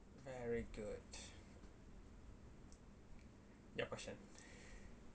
very good your question